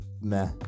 meh